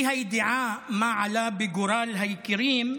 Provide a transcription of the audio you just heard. האי-ידיעה, מה עלה בגורל היקירים,